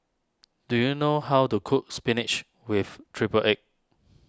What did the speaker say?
do you know how to cook Spinach with Triple Egg